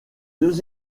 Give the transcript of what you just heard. deux